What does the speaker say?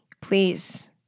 Please